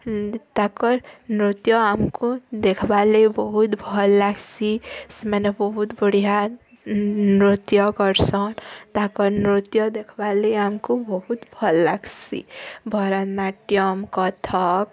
ତାକର୍ ନୃତ୍ୟ ଆମ୍କୁ ଦେଖ୍ବାର୍ ଲାଗି ବହୁତ ଭଲ୍ ଲାଗ୍ସି ସେମାନେ ବହୁତ ବଢ଼ିଆ ନୃତ୍ୟ କର୍ସନ୍ ତାଙ୍କର ନୃତ୍ୟ ଦେଖ୍ବାର୍ ଲାଗି ବହୁତ୍ ଭଲ୍ ଲାଗ୍ସି ଭରତନାଟ୍ୟମ୍ କଥକ୍